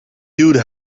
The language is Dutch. duwde